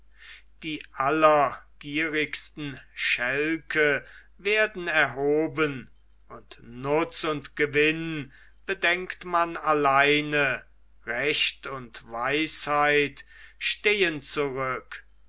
die allergierigsten schälke werden erhoben und nutz und gewinn bedenkt man alleine recht und weisheit stehen zurück